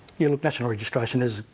yeah, look, national registration is,